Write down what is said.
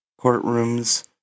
courtrooms